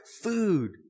food